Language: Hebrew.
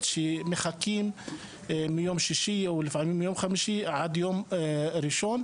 שמחים מיום שישי או לפעמים מיום חמישי עד יום ראשון.